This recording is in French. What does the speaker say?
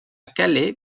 calais